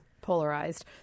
polarized